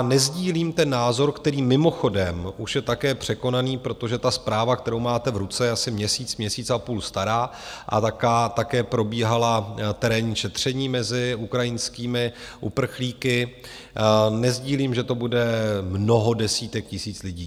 Nesdílím názor, který mimochodem už je také překonaný protože zpráva, kterou máte v ruce, je asi měsíc, měsíc a půl stará, a také probíhala terénní šetření mezi ukrajinskými uprchlíky nesdílím, že to bude mnoho desítek tisíc lidí.